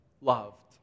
loved